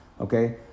okay